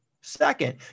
Second